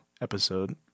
episode